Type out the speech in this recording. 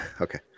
Okay